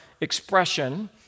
expression